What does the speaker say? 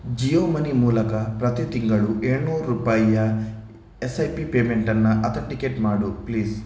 ಜಿಯೋಮನಿ ಮೂಲಕ ಪ್ರತಿ ತಿಂಗಳು ಏಳ್ನೂರು ರೂಪಾಯಿಯ ಎಸ್ ಐ ಪಿ ಪೇಮೆಂಟನ್ನು ಅಥೆಂಟಿಕೇಟ್ ಮಾಡು ಪ್ಲೀಸ್